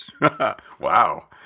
wow